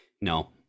no